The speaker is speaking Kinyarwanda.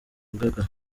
rugaga